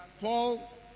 Paul